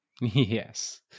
Yes